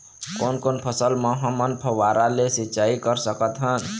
कोन कोन फसल म हमन फव्वारा ले सिचाई कर सकत हन?